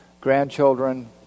grandchildren